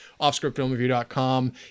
offscriptfilmreview.com